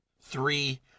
three